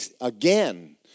again